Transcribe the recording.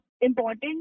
important